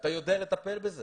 ואתה יודע לטפל בזה